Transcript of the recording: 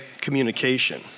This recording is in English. communication